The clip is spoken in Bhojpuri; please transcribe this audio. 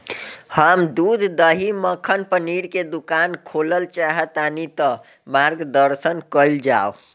हम दूध दही मक्खन पनीर के दुकान खोलल चाहतानी ता मार्गदर्शन कइल जाव?